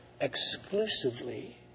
exclusively